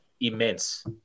immense